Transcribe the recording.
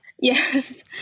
Yes